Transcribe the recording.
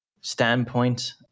standpoint